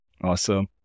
Awesome